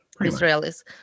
Israelis